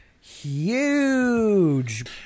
huge